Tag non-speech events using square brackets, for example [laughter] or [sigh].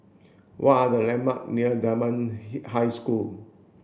what are the landmark near Dunman [noise] High School